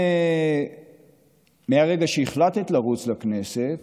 ומהרגע שהחלטת לרוץ לכנסת,